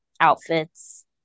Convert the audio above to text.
outfits